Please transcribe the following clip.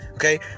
Okay